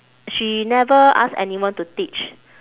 she never ask anyone to teach